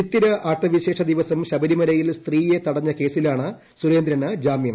ചിത്തിര ആട്ട വിശേഷ ദിവസം ശബരിമലയിൽ സ്ത്രീയെ തടഞ്ഞ കേസിലാണ് സുരേന്ദ്രന് ജാമ്യം